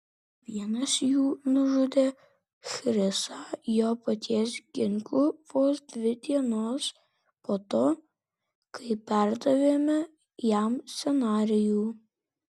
vienas jų nužudė chrisą jo paties ginklu vos dvi dienos po to kai perdavėme jam scenarijų